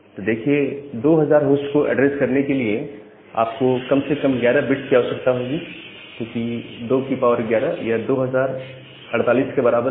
तो देखिए 2000 होस्ट को एड्रेस करने के लिए आप को कम से कम 11 बिट्स की आवश्यकता होगी क्योंकि 211 यह 2048 के बराबर है